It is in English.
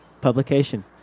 publication